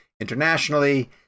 internationally